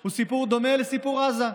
הוא סיפור דומה לסיפור עזה.